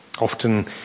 often